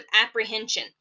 apprehension